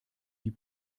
die